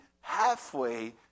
halfway